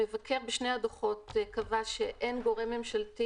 המבקר בשני הדו"חות כתב שאין גורם ממשלתי